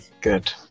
Good